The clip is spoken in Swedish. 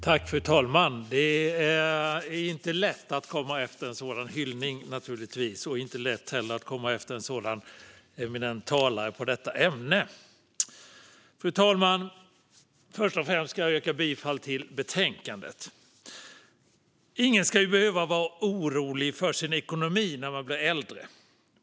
Fru talman! Det är inte lätt att komma efter en sådan hyllning. Det är heller inte lätt att komma efter en sådan eminent talare i detta ämne. Fru talman! Först och främst vill jag yrka bifall till förslaget i betänkandet. Ingen ska behöva vara orolig för sin ekonomi när man blir äldre.